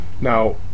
Now